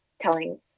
telling